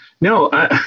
no